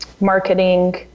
marketing